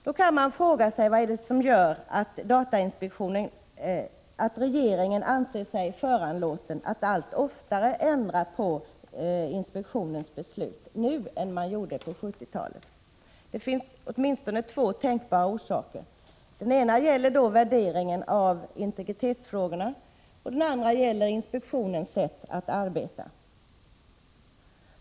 Då kan man fråga sig vad det är som gör att regeringen nu anser sig föranlåten att allt oftare ändra på inspektionens beslut än man gjorde på 1970-talet. Det finns åtminstone två tänkbara orsaker. Den ena gäller värderingen av integritetsfrågorna, och den andra gäller inspektionens sätt att arbeta.